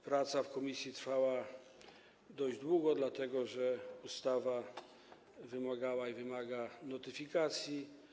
Praca w komisji trwała dość długo, dlatego że ustawa wymagała i wymaga notyfikacji.